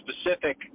specific